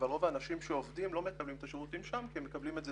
רוב האנשים שעובדים לא מקבלים את השירותים שם כי הם מקבלים אותם